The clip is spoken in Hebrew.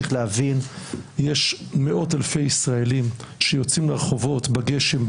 צריך להבין שיש מאות אלפי ישראלים שיוצאים לרחובות בגשם,